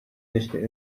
nixtieq